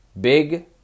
big